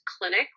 clinic